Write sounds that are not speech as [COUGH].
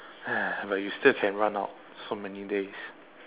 [NOISE] but you still can run out so many days